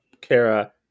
Kara